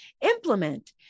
implement